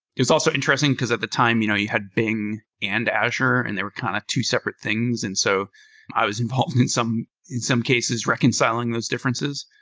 it was also interesting, because at the time you know you had bing and azure in they were kind of two separate things. and so i was involved, in some in some cases, reconciling those differences,